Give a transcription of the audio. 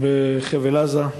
בחבל-עזה.